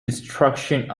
destruction